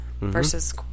versus